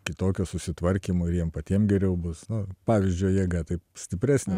kitokio susitvarkymo ir jiem patiem geriau bus nu pavyzdžio jėga taip stipresnė